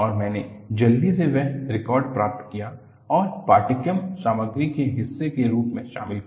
और मैंने जल्दी से वह रिकॉर्ड प्राप्त किया और पाठ्यक्रम सामग्री के हिस्से के रूप में शामिल किया